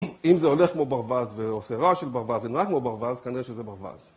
אם זה הולך כמו ברווז ועושה רעש של ברווז ונראה כמו ברווז, כנראה שזה ברווז.